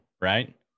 right